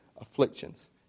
afflictions